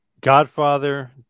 Godfather